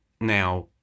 now